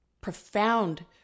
profound